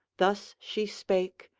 thus she spake,